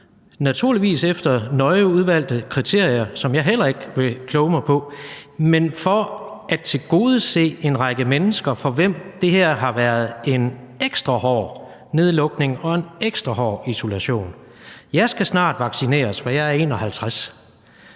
naturligvis efter nøje udvalgte kriterier, som jeg heller ikke vil kloge mig på, men for at tilgodese en række mennesker, for hvem det her har været en ekstra hård nedlukning og en ekstra hård isolation. Jeg skal snart vaccineres, for jeg er 51,